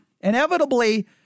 inevitably